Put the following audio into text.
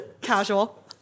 Casual